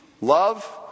Love